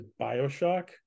bioshock